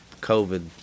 COVID